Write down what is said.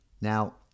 Now